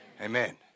Amen